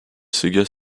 sega